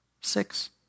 Six